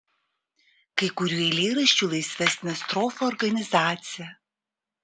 kai kurių eilėraščių laisvesnė strofų organizacija